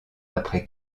après